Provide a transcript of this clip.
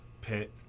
pit